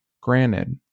Granted